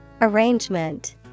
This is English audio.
Arrangement